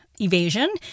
evasion